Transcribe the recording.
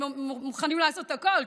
הם מוכנים לעשות הכול,